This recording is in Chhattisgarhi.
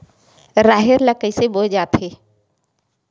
राहेर ल कइसे बोय जाथे?